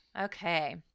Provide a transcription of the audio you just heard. Okay